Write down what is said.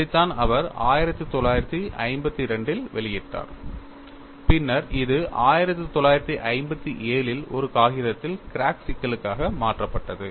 இதைத்தான் அவர் 1952 இல் வெளியிட்டார் பின்னர் இது 1957 இல் ஒரு காகிதத்தில் கிராக் சிக்கல்களுக்காக மாற்றப்பட்டது